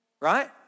Right